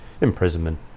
imprisonment